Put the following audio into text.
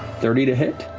thirty to hit.